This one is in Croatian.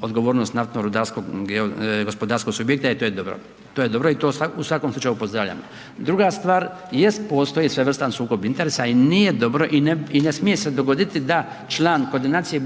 odgovornost naftno-rudarskog gospodarskog subjekta i to je dobro i to u svakom slučaju pozdravljam. Druga stvar, jest postoji svojevrstan sukob interesa i nije dobro i ne smije se dogoditi da član koordinacije